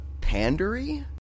pandery